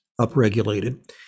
upregulated